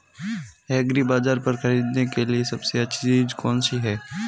एग्रीबाज़ार पर खरीदने के लिए सबसे अच्छी चीज़ कौनसी है?